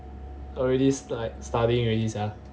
already s~ like studying already sia